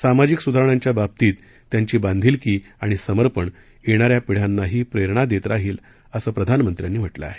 सामाजिक सुधारणांच्या बाबतीत त्यांची बांधिलकी आणि समर्पण येणाऱ्या पिढ्यांनाही प्रेरणा देत राहिलं असं प्रधानमंत्र्यांनी म्हटलं आहे